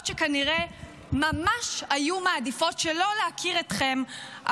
שכנראה ממש היו מעדיפות שלא להכיר אתכם,